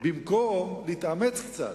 במקום להתאמץ קצת,